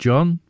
John